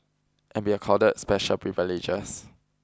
and be accorded special privileges